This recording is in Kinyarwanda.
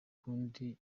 kundi